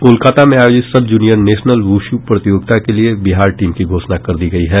कोलकाता में आयोजित sub junior national wushu प्रतियोगिता के लिये बिहार टीम की घोषणा कर दी गयी है